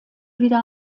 wieder